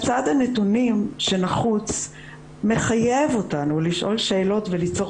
מסד הנתונים שנחוץ מחייב אותנו לשאול שאלות וליצור